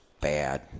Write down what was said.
bad